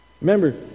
Remember